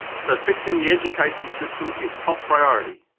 so fixing the education system is top priority.